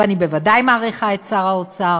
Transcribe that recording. ואני בוודאי מעריכה את שר האוצר,